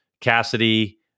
Cassidy